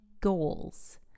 goals